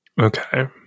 Okay